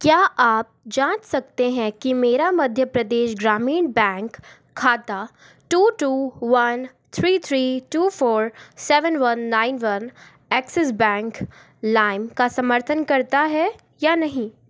क्या आप जाँच सकते हैं कि मेरा मध्य प्रदेश ग्रामीण बैंक खाता two two one three three two four seven one nine one Axis bank लाइम का समर्थन करता है या नहीं